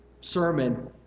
sermon